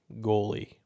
goalie